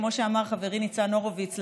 כמו שאמר חברי ניצן הורוביץ,